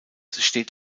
steht